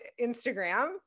Instagram